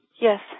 Yes